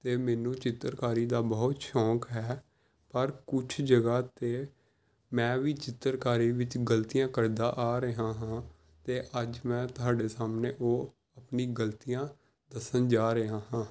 ਅਤੇ ਮੈਨੂੰ ਚਿੱਤਰਕਾਰੀ ਦਾ ਬਹੁਤ ਸ਼ੌਕ ਹੈ ਪਰ ਕੁਛ ਜਗ੍ਹਾ 'ਤੇ ਮੈਂ ਵੀ ਚਿੱਤਰਕਾਰੀ ਵਿੱਚ ਗਲਤੀਆਂ ਕਰਦਾ ਆ ਰਿਹਾ ਹਾਂ ਅਤੇ ਅੱਜ ਮੈਂ ਤੁਹਾਡੇ ਸਾਹਮਣੇ ਉਹ ਆਪਣੀ ਗਲਤੀਆਂ ਦੱਸਣ ਜਾ ਰਿਹਾ ਹਾਂ